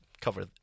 cover